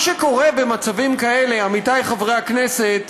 מה שקורה במצבים כאלה, עמיתיי חברי הכנסת,